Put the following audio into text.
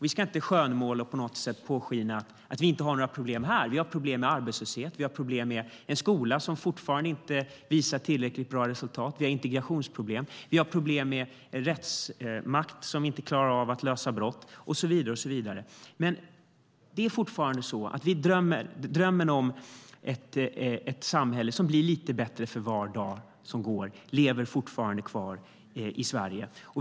Vi ska inte skönmåla och låta påskina att vi inte har några problem här. Vi har problem med arbetslöshet och med en skola som fortfarande inte visar tillräckligt bra resultat. Vi har integrationsproblem. Vi har problem med ett rättsväsen som inte klarar av att lösa brott och så vidare. Men drömmen om ett samhälle som blir lite bättre för var dag som går lever fortfarande kvar i Sverige.